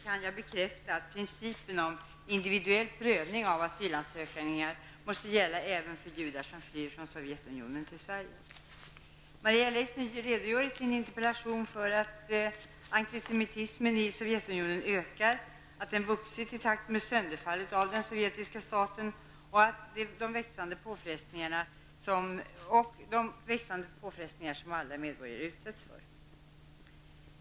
Kan jag bekräfta att principen om individuell prövning av asylansökningar måste gälla även för judar som flyr från Sovjetunionen till Sverige? Maria Leissner redogör i sin interpellation för att antisemitismen i Sovjetunionen ökar, att den vuxit i takt med sönderfallet av den sovjetiska staten och de växande påfrestningar som alla medborgare utsätts för.